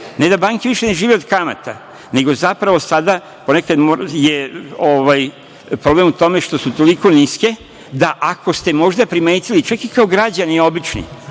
ne da banke više ne žive od kamate, zapravo sada je ponekad problem u tome što su toliko niske, ako ste možda primetili, čak i kao obični